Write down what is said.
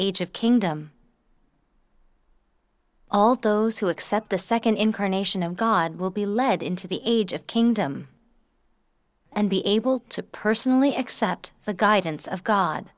age of kingdom all those who accept the nd incarnation of god will be led into the age of kingdom and be able to personally accept the guidance of god